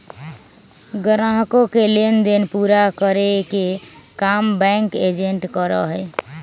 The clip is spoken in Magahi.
ग्राहकों के लेन देन पूरा करे के काम बैंक एजेंट करा हई